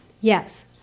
Yes